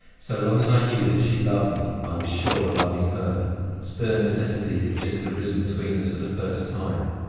so long as i knew that she loved me, i was sure of loving her stern necessity had just arisen between us for the first time.